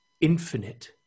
Infinite